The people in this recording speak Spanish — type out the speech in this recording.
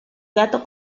gato